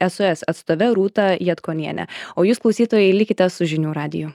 sos atstove rūta jatkoniene o jūs klausytojai likite su žinių radiju